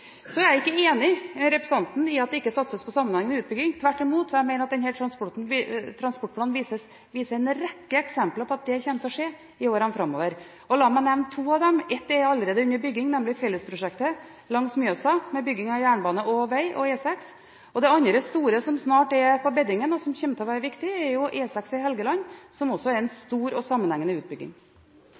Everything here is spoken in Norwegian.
Så er jeg ikke enig med representanten i at det ikke satses på sammenhengende utbygging. Tvert imot mener jeg at denne transportplanen viser en rekke eksempler på at det kommer til å skje i årene framover. La meg nevne to av prosjektene: Ett er allerede under bygging, nemlig fellesprosjektet langs Mjøsa, med bygging av jernbane og vei – E6. Det andre store som snart er på beddingen, og som kommer til å bli viktig, er E6 i Helgeland – også en stor og sammenhengende utbygging.